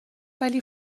ولی